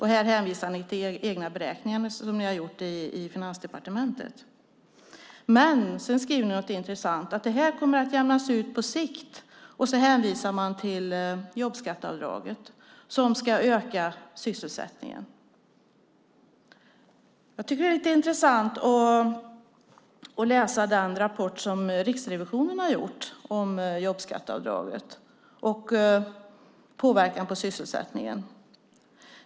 Här hänvisar ni till egna beräkningar som ni har gjort i Finansdepartementet. Men sedan skriver ni något intressant, nämligen att det här kommer att jämnas ut på sikt, och så hänvisar ni till jobbskatteavdraget som ska öka sysselsättningen. Jag tycker att det är lite intressant att läsa den rapport som Riksrevisionen har gjort om jobbskatteavdraget och påverkan på sysselsättningen.